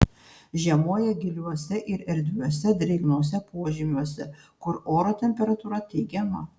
žiemoja giliuose ir erdviuose drėgnuose požymiuose kur oro temperatūra teigiama